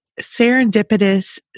serendipitous